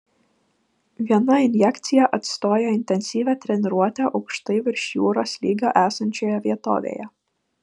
viena injekcija atstoja intensyvią treniruotę aukštai virš jūros lygio esančioje vietovėje